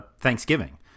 Thanksgiving